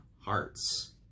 hearts